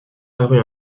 parut